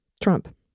Trump